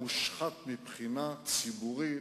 בצורה דורסנית,